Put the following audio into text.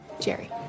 Jerry